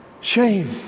shame